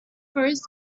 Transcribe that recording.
first